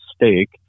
mistake